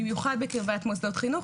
במיוחד בקרבת מוסדות חינוך,